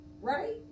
Right